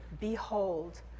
Behold